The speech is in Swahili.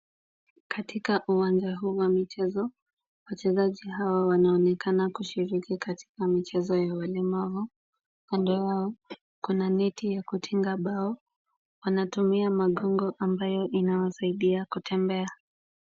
Katika uwanja huu wa michezo, wachezaji hawa wanaonekana kushiriki katika michezo ya walemavu. kando yao kuna neti ya kutenga bao. Wanatumia magongo ambayo inawasaidia kutembea.